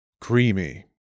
Creamy